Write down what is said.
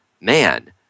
man